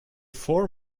four